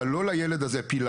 אבל לא לילד הזה פיללנו.